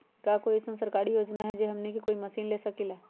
का कोई अइसन सरकारी योजना है जै से हमनी कोई मशीन ले सकीं ला?